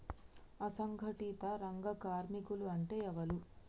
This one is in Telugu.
అసంఘటిత రంగ కార్మికులు అంటే ఎవలూ?